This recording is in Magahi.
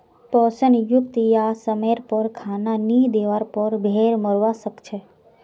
पोषण युक्त या समयर पर खाना नी दिवार पर भेड़ मोरवा सकछे